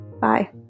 Bye